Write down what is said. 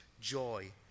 joy